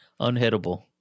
unhittable